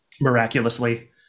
miraculously